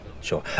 sure